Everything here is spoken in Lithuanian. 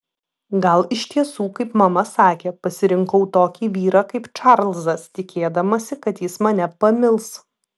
gal iš tiesų kaip mama sakė pasirinkau tokį vyrą kaip čarlzas tikėdamasi kad jis mane pamils